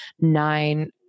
nine